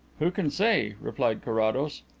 who can say? replied carrados.